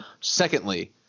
Secondly